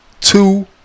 two